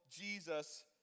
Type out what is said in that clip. Jesus